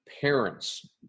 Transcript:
parents